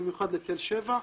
במיוחד לתל שבע.